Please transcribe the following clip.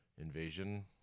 invasion